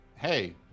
Hey